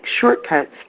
shortcuts